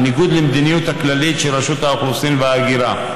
בניגוד למדיניות הכללית של רשות האוכלוסין וההגירה,